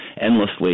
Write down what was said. endlessly